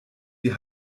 wie